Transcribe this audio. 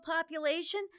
population